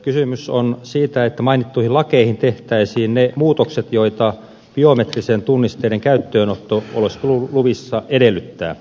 kysymys on siitä että mainittuihin lakeihin tehtäisiin ne muutokset joita biometristen tunnisteiden käyttöönotto oleskeluluvissa edellyttää